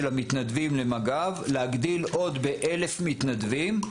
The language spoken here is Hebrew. המתנדבים למג"ב להגדיל עוד ב-1,000 מתנדבים,